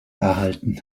erhalten